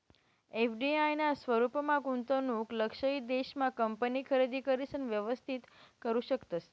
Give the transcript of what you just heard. FDI ना स्वरूपमा गुंतवणूक लक्षयित देश मा कंपनी खरेदी करिसन व्यवस्थित करू शकतस